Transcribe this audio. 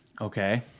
Okay